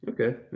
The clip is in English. Okay